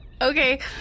okay